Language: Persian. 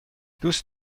دوست